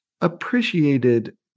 appreciated